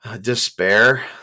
despair